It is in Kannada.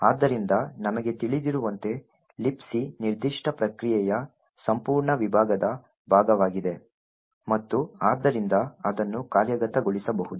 ಆದ್ದರಿಂದ ನಮಗೆ ತಿಳಿದಿರುವಂತೆ Libc ನಿರ್ದಿಷ್ಟ ಪ್ರಕ್ರಿಯೆಯ ಸಂಪೂರ್ಣ ವಿಭಾಗದ ಭಾಗವಾಗಿದೆ ಮತ್ತು ಆದ್ದರಿಂದ ಅದನ್ನು ಕಾರ್ಯಗತಗೊಳಿಸಬಹುದು